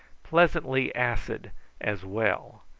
pleasantly acid as well,